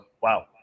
wow